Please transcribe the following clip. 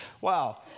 Wow